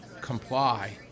comply